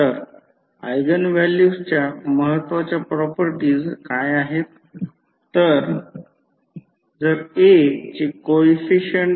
तरZZ B ही एक परिमाण कमी प्रमाणात आहे तर ती Z विभाजित असेल Z मूळ अर्धा असेल